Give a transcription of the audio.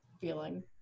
feeling